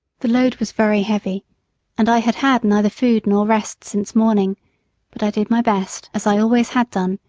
the load was very heavy and i had had neither food nor rest since morning but i did my best, as i always had done,